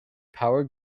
power